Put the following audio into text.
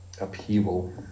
upheaval